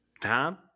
Tom